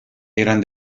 eran